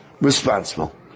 responsible